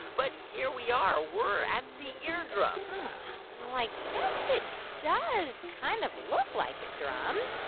but here we are. we're at the eardrum well, i guess it does kind of look like a drum.